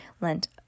lent